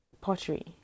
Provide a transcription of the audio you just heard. pottery